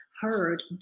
heard